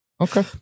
Okay